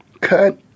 cut